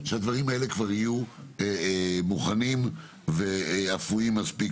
שהדברים האלה כבר יהיו מוכנים ואפויים מספיק,